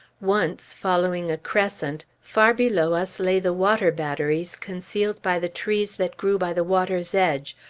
once, following a crescent, far below us lay the water battery concealed by the trees that grew by the water's edge,